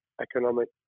economic